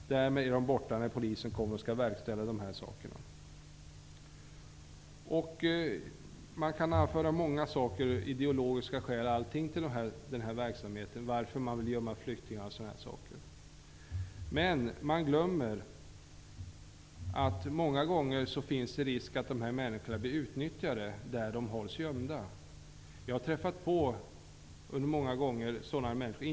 Därmed är flyktingarna borta när polisen kommer och skall verkställa beslutet. Man kan anföra många saker, ideologiska skäl och annat, för att man vill gömma flyktingar. Men man glömmer att det ofta finns risk för att de här människorna blir utnyttjade där de hålls gömda. Jag har många gånger träffat på sådana människor.